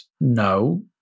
No